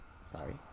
sorry